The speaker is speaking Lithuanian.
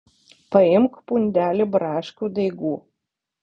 paimk pundelį braškių daigų